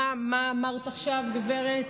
מה, מה אמרת עכשיו, גברת?